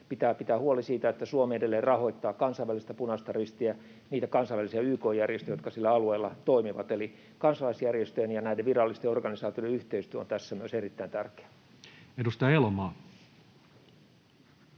pitää huoli siitä, että Suomi edelleen rahoittaa kansainvälistä Punaista Ristiä ja niitä kansainvälisiä YK-järjestöjä, jotka sillä alueella toimivat, eli kansalaisjärjestöjen ja näiden virallisten organisaatioiden yhteistyö on tässä myös erittäin tärkeää. Edustaja Elomaa.